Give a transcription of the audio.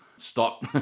Stop